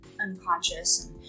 unconscious